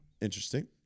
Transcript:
Interesting